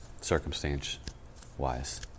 circumstance-wise